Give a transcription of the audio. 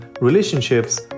relationships